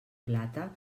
plata